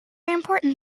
important